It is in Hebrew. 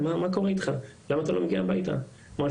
'מה קורה איתך< למה אתה לא מגיע הביתה?' ואני אמרתי,